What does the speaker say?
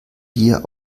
dir